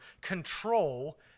control